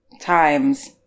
times